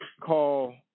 call